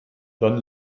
dann